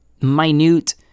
minute